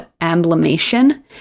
Amblimation